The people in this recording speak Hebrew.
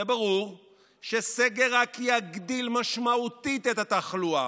וברור שסגר יגדיל משמעותית את התחלואה,